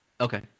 Okay